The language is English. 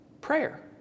Prayer